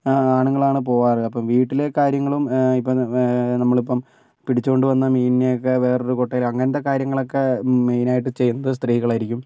ആണുങ്ങളാണ് പോവാറ് അപ്പോൾ വീട്ടിലെ കാര്യങ്ങളും ഇപ്പോൾ നമ്മളിപ്പം പിടിച്ചു കൊണ്ടുവന്ന മീനിനെക്കെ വേറൊരു കുട്ടയിൽ അങ്ങനത്തെ കാര്യങ്ങളൊക്കെ മെയിനായിട്ട് ചെയ്യുന്നത് സ്ത്രീകളായിരിക്കും